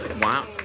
wow